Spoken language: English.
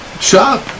shop